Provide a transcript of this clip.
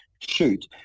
shoot